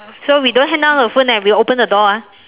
so we don't hang up her phone eh we open the door ah